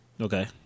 Okay